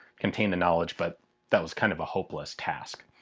contain the knowledge, but that was kind of a hopeless task.